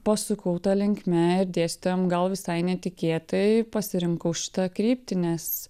pasukau ta linkme ir dėstytojam gal visai netikėtai pasirinkau šitą kryptį nes